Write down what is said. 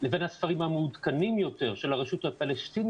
לבין הספרים המעודכנים יותר של הרשות הפלסטינית,